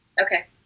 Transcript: Okay